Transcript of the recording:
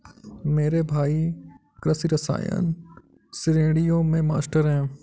मेरा भाई कृषि रसायन श्रेणियों में मास्टर है